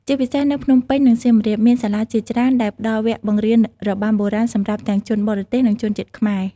ជាពិសេសនៅ ភ្នំពេញ និងសៀមរាប មានសាលាជាច្រើនដែលផ្ដល់វគ្គបង្រៀនរបាំបុរាណសម្រាប់ទាំងជនបរទេស និងជនជាតិខ្មែរ។